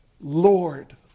Lord